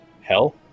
hell